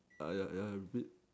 uh ya ya a bit